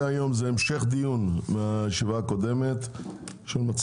על סדר היום הוא המשך דיון שהתקיים בישיבה הקודמת בנושא